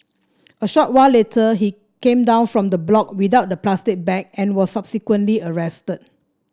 a short while later he came down from the block without the plastic bag and was subsequently arrested